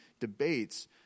debates